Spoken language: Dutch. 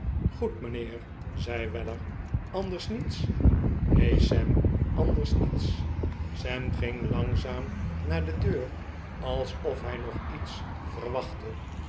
goed mijnheer zei weller anders niets neen sam anders niets sam ging langzaam naar de deur alsof hi nog iets verwachtte